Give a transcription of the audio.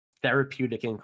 Therapeutic